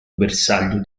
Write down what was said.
bersaglio